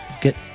get